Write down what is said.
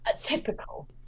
Typical